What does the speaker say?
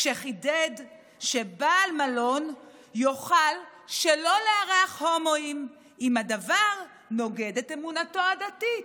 כשחידד שבעל מלון יוכל שלא לארח הומואים אם הדבר נוגד את אמונתו הדתית.